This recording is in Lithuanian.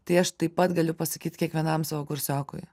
tai aš taip pat galiu pasakyt kiekvienam savo kursiokui